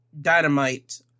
Dynamite